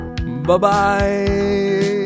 Bye-bye